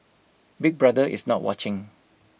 Big Brother is not watching